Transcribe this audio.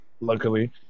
Luckily